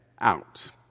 out